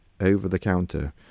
over-the-counter